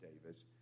Davis